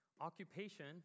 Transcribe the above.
Occupation